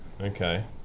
Okay